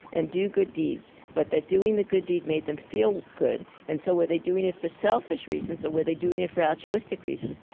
and do good deeds, but that doing the good deed made them feel good, and so were they doing it for selfish reasons or were they doing it for altruistic reasons?